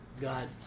God